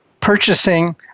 purchasing